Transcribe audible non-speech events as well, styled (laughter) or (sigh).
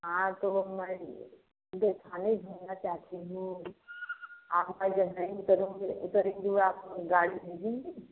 हाँ तो वह मैं (unintelligible) घूमना चाहती हूँ (unintelligible) करूँगी उधर (unintelligible) गाड़ी भेजेंगी